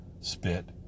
Spit